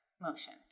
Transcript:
motion